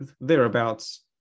thereabouts